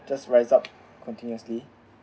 just rise up continuously